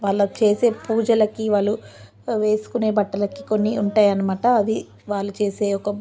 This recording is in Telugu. వాళ్ళు చేసే పూజలకి వాళ్ళు వేసుకునే బట్టలకి కొన్ని ఉంటాయి అన్నమాట అవి వాళ్ళు చేసే ఒక